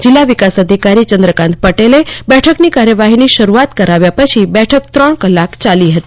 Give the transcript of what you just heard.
જિલ્લા વિકાસ અધિકારી ચન્દ્રકાંત પટેલે બેઠકની કાર્યવાફીની શરૂઆત કરાવ્યા પછી બેઠક ત્રણ કલાક ચાલી હતી